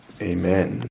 Amen